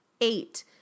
Eight